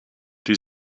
die